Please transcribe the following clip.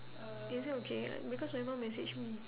is it okay because my mum message me